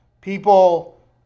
People